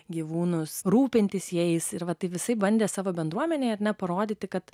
gyvūnus rūpintis jais ir va taip visaip bandė savo bendruomenėje neparodyti kad